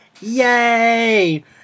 Yay